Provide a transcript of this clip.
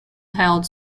held